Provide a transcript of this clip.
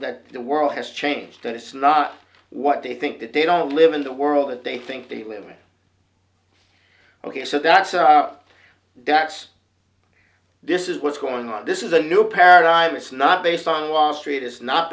that the world has changed and it's not what they think that they don't live in the world that they think they live in ok so that's that's this is what's going on this is a new paradigm it's not based on wall street it's not